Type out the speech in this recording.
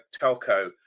telco